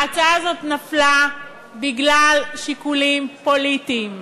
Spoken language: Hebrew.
ההצעה הזאת נפלה בגלל שיקולים פוליטיים.